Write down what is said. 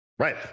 Right